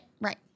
Right